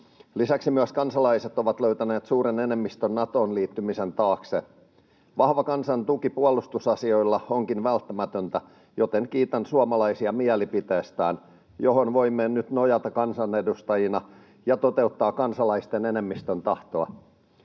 Lisäksi myös kansalaiset ovat löytäneet suuren enemmistön Natoon liittymisen taakse. Vahva kansan tuki puolustusasioissa onkin välttämätöntä, joten kiitän suomalaisia mielipiteestään, johon voimme nyt nojata kansanedustajina ja toteuttaa kansalaisten enemmistön tahtoa.